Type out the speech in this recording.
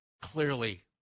clearly